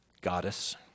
goddess